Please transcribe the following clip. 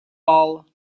all